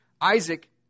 Isaac